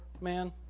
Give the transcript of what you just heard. man